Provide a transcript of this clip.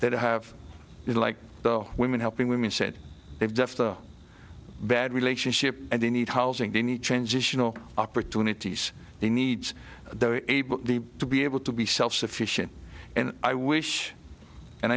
that have like the women helping women said they've left a bad relationship and they need housing they need transitional opportunities he needs to be able to be self sufficient and i wish and